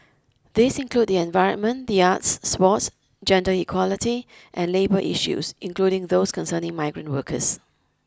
these include the environment the arts sports gender equality and labour issues including those concerning migrant workers